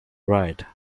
ride